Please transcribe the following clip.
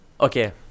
Okay